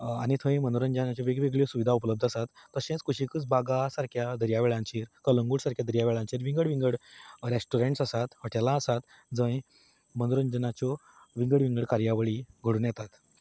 आनी थंय मनोरंजनाच्यो वेगवेगळ्यो सुविधा उपलब्द आसात तशेंच कुशिकच बागा सारक्या दर्यावेळांचेर कलंगूट सारक्या दर्यावेळांचेर विंगड विंगड रॅश्टोरँट्स आसात हॉटॅलां आसात जंय मनोरंजनाच्यो विंगड विंगड कार्यावळी घडोवन येतात